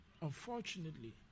unfortunately